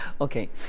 Okay